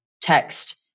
text